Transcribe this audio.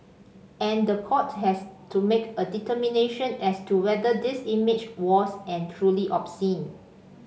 and the court has to make a determination as to whether this image was and truly obscene